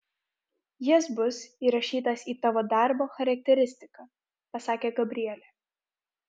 jis bus įrašytas į tavo darbo charakteristiką pasakė gabrielė